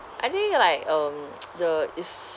I think like um the is